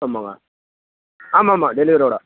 ஆமாம்ங்க ஆமாம்மா டெலிவரியோட